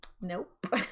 Nope